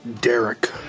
Derek